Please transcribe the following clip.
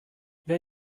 wer